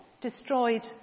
destroyed